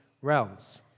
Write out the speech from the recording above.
realms